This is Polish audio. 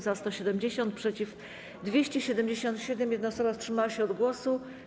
Za - 170, przeciw - 277, 1 osoba wstrzymała się od głosu.